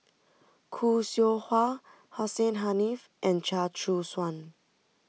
Khoo Seow Hwa Hussein Haniff and Chia Choo Suan